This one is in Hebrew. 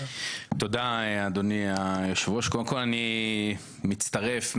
תודה אדוני היושב-ראש, קודם כל אני מצטרף.